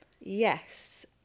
Yes